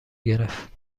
گرفت